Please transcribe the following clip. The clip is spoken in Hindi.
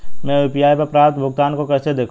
मैं यू.पी.आई पर प्राप्त भुगतान को कैसे देखूं?